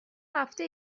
رفته